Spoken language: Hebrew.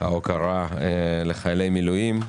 ההוקרה לחיילי מילואים,